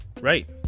Right